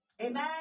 Amen